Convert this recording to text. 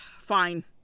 Fine